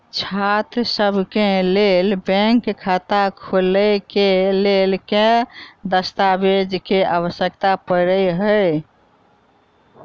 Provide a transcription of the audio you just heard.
छात्रसभ केँ लेल बैंक खाता खोले केँ लेल केँ दस्तावेज केँ आवश्यकता पड़े हय?